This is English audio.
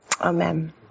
Amen